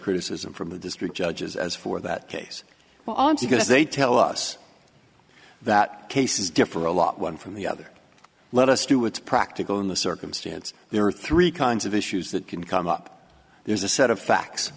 criticism from the district judges as for that case well i'm going to they tell us that cases differ a lot one from the other let us do it's practical in the circumstance there are three kinds of issues that can come up there's a set of facts